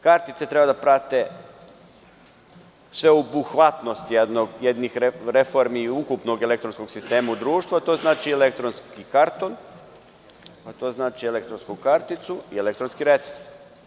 Kartice treba da prate sveobuhvatnost jednih reformi i ukupnog elektronskog sistema u društvu, a to znači i elektronski karton, elektronsku karticu i elektronski recept.